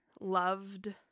loved